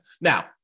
Now